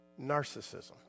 narcissism